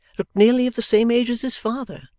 looked nearly of the same age as his father,